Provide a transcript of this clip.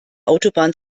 autobahn